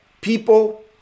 people